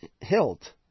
hilt